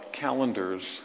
calendars